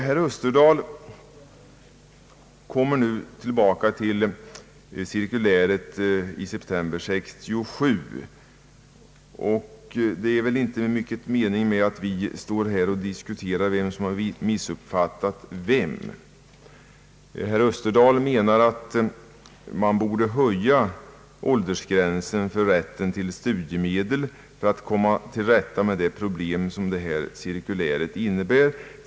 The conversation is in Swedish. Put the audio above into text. Herr Österdahl kom tillbaka till cirkuläret i september 1967. Det är väl meningslöst att vi nu diskuterar vem som har missuppfattat vem. Herr Österdahl menar att åldersgränsen för rätten till studiemedel bör höjas för att lösa det problem som cirkuläret tar sikte på.